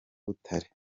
butare